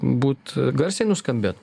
būt garsiai nuskambėt